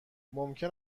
ممکن